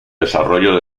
desarrollo